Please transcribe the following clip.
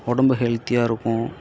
உடம்பு ஹெல்த்தியாக இருக்கும்